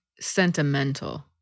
sentimental